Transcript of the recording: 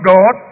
God